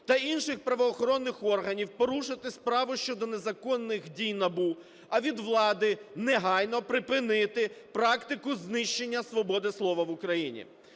та інших правоохоронних органів порушити справу щодо незаконних дій НАБУ, а від влади негайно припинити практику знищення свободи слова в Україні.